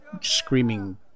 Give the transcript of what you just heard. screaming